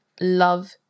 love